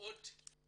אני מבקש